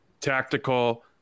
tactical